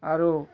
ଆରୁ